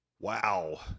Wow